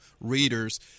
readers